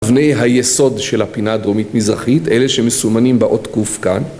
אבני היסוד של הפינה הדרומית-מזרחית, אלה שמסומנים באות ק' כאן